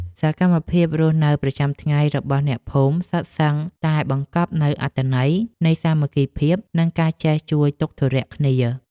សកម្មភាពរស់នៅប្រចាំថ្ងៃរបស់អ្នកភូមិសុទ្ធសឹងតែបង្កប់នូវអត្ថន័យនៃសាមគ្គីភាព និងការចេះជួយទុក្ខធុរៈគ្នា។